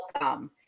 welcome